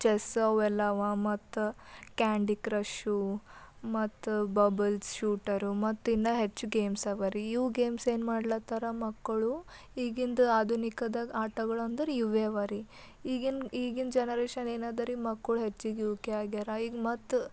ಚೆಸ್ಸವು ಎಲ್ಲವೂ ಮತ್ತು candy crush ಮತ್ತು ಬಬಲ್ಸ್ ಶೂಟರು ಮತ್ತು ಇನ್ನ ಹೆಚ್ಚು ಗೇಮ್ಸ್ ಅವಾ ರೀ ಇವು ಗೇಮ್ಸ್ ಏನು ಮಾಡ್ಲಾತ್ತಾರ ಮಕ್ಕಳು ಈಗಿಂದು ಆಧುನಿಕದಾಗ ಆಟಗಳೆಂದ್ರೆ ಇವೆ ಅವಾ ರೀ ಈಗಿನ ಈಗಿನ ಜನರೇಷನ್ ಏನ್ರದಾ ರೀ ಮಕ್ಕಳು ಹೆಚ್ಚಿಗೆ ಇವಕ್ಕೆ ಆಗ್ಯಾರ ಈಗ ಮತ್ತು